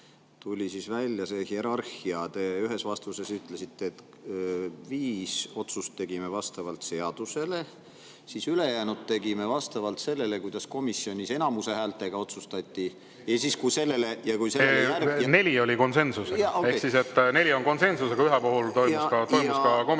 tuli siin välja see hierarhia. Te ühes vastuses ütlesite, et viis otsust tegime vastavalt seadusele, ülejäänud tegime vastavalt sellele, kuidas komisjonis enamuse häältega otsustati. Ja siis, kui sellele järgnes … Neli oli konsensusega. Ehk siis neli otsust on konsensusega, ühe puhul toimus komisjoni